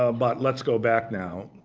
ah but let's go back now.